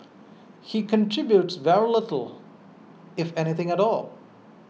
he contributes very little if anything at all